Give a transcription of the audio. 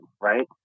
right